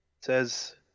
says